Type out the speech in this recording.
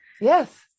yes